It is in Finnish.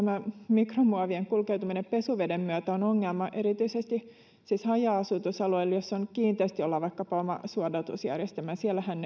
mikromuovien kulkeutuminen pesuveden myötä on ongelma erityisesti siis haja asutusalueilla missä kiinteistöillä on vaikkapa oma suodatusjärjestelmä siellähän